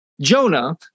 Jonah